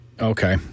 Okay